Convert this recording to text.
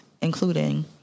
including